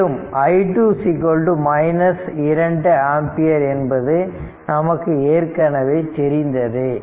மேலும் i2 2 ampere என்பது நமக்கு ஏற்கனவே தெரிந்ததே